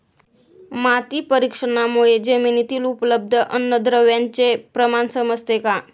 माती परीक्षणामुळे जमिनीतील उपलब्ध अन्नद्रव्यांचे प्रमाण समजते का?